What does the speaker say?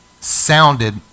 sounded